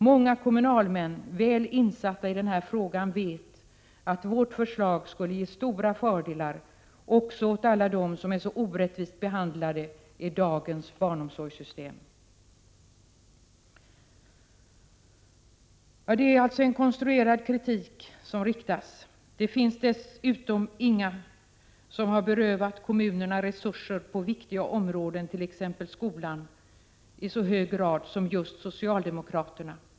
Många kommunalmän, väl insatta i denna fråga, vet att vårt förslag skulle ge stora fördelar även åt alla dem som är så orättvist behandlade i dagens barnomsorgssystem. Det är alltså en konstruerad kritik som riktas mot vårt förslag. Det finns dessutom ingen som i så hög grad har berövat kommunerna resurser på viktiga områden, t.ex. skolan, som just socialdemokraterna.